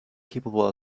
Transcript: capable